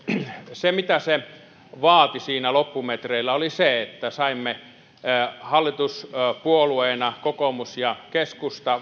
se mitä se vaati siinä loppumetreillä oli se että saimme hallituspuolueina eduskuntaryhminä kokoomus ja keskusta